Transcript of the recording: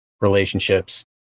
relationships